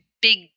big